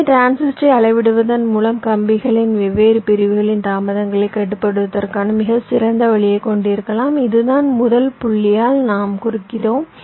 எனவே டிரான்சிஸ்டரை அளவிடுவதன் மூலம் கம்பிகளின் வெவ்வேறு பிரிவுகளின் தாமதங்களைக் கட்டுப்படுத்துவதற்கான மிகச் சிறந்த வழியைக் கொண்டிருக்கலாம் இதுதான் முதல் புள்ளியால் நாம் குறிக்கிறோம்